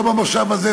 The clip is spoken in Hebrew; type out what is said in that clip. לא במושב הזה,